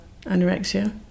anorexia